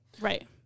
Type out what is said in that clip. Right